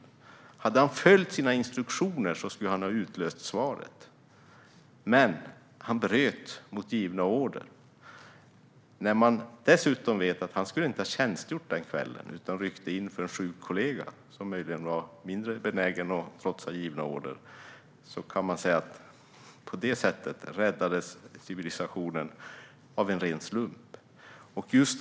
Om han hade följt sina instruktioner skulle han ha utlöst svaret, men han bröt mot givna order. När man dessutom vet att han egentligen inte skulle ha tjänstgjort den kvällen utan ryckte in för en sjuk kollega, som möjligen hade varit mindre benägen att trotsa givna order, kan man säga att civilisationen räddades av en ren slump.